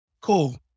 cool